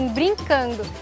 brincando